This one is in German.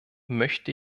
möchte